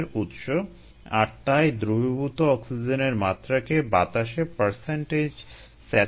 এরপর আমরা বিভিন্ন ক্ষেত্রে নিম্ন তাপমাত্রার প্রয়োগ দেখেছি - উৎপাদনের জন্য সেল লাইন এমন কি সম্পূর্ণ মানবদেহকে একটি নির্জীব অবস্থায় রাখতে